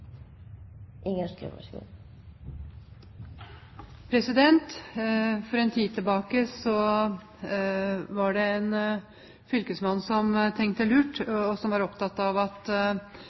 For en tid tilbake var det en fylkesmann som tenkte lurt, og som var opptatt av at